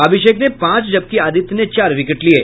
अभिषेक ने पांच जबकि आदित्य ने चार विकेट लिये